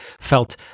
felt